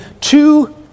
two